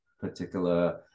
particular